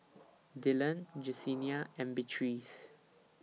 Dillon Jessenia and Beatrice